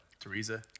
Teresa